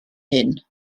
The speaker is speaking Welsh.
hyn